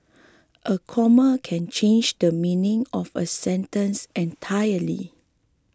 a comma can change the meaning of a sentence entirely